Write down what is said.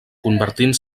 convertint